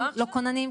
לא כוננים,